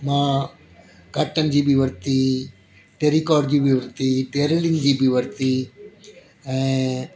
मां कार्टन जी बि वरिती टेरीकॉट जी बि वरिती तेलरीन जी बि वरिती ऐं